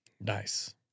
Nice